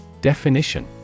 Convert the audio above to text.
Definition